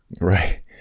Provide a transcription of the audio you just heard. right